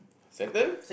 settle